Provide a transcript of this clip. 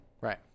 right